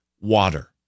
water